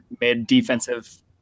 mid-defensive